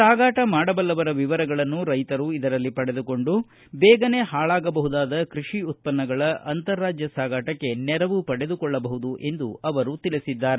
ಸಾಗಾಟ ಮಾಡಬಲ್ಲವರ ವಿವರಗಳನ್ನು ರೈತರು ಇದರಲ್ಲಿ ಪಡೆದುಕೊಂಡು ಬೇಗನೆ ಹಾಳಾಗಬಹುದಾದ ಕೃಷಿ ಉತ್ಪನ್ನಗಳ ಅಂತರರಾಜ್ಯ ಸಾಗಾಟಕ್ಕೆ ನೆರವು ಪಡೆದುಕೊಳ್ಳಬಹುದು ಎಂದು ಅವರು ತಿಳಿಸಿದ್ದಾರೆ